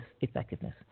effectiveness